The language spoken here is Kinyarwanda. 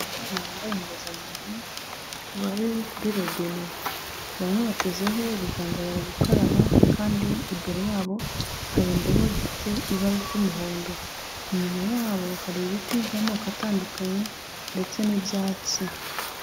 Abana bambaye impuzankano bari kuri robine, bamwe batezeho ibiganza bari gukaraba kandi imbere yabo hari indobo zifite ibara ry'umuhondo, inyuma yabo hari ibiti by'amoko atandukanye ndetse n'ibyatsi.